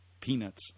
peanuts